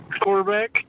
quarterback